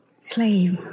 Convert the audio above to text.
slave